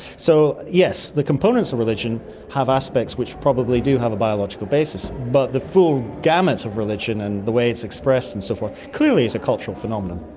so yes, the components of religion have aspects which probably do have a biological basis, but the full gamut of religion and the way it's expressed and so forth, clearly is a cultural phenomenon.